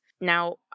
Now